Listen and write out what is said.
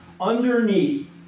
underneath